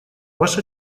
ваш